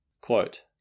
Quote